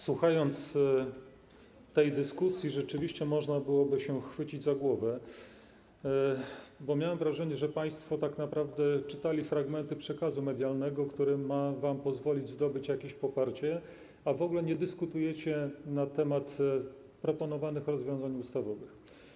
Słuchając tej dyskusji, rzeczywiście można byłoby się chwycić za głowę, bo miałem wrażenie, że państwo tak naprawdę czytali fragmenty przekazu medialnego, który ma wam pozwolić zdobyć jakieś poparcie, a w ogóle nie dyskutujecie na temat proponowanych rozwiązań ustawowych.